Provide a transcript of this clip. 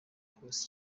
hose